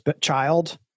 child